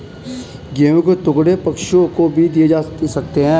गेहूं के टुकड़े पक्षियों को भी दिए जा सकते हैं